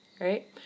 right